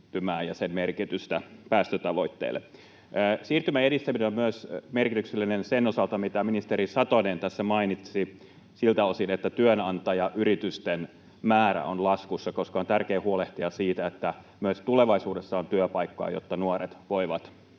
ja sen merkitystä päästötavoitteelle. Siirtymän edistäminen on merkityksellistä myös sen osalta, mitä ministeri Satonen tässä mainitsi siltä osin, että työnantajayritysten määrä on laskussa, koska on tärkeää huolehtia siitä, että myös tulevaisuudessa on työpaikkoja, jotta nuoret voivat